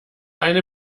eine